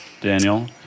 Daniel